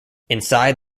inside